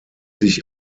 sich